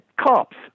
cops